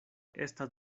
estas